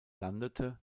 landete